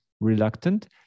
reluctant